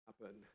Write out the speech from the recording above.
happen